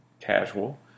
casual